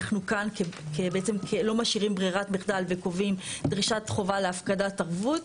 אנחנו כאן בעצם לא משאירים ברירת מחדל וקובעים דרישת חובה להפקדת ערבות.